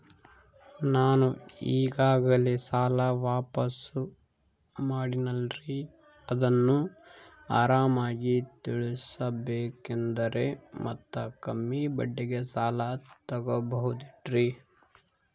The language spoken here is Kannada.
ನಾನು ಈಗಾಗಲೇ ಸಾಲ ವಾಪಾಸ್ಸು ಮಾಡಿನಲ್ರಿ ಅದನ್ನು ಆರಾಮಾಗಿ ತೇರಿಸಬೇಕಂದರೆ ಮತ್ತ ಕಮ್ಮಿ ಬಡ್ಡಿಗೆ ಸಾಲ ತಗೋಬಹುದೇನ್ರಿ?